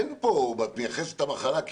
את מייחסת את המחלה,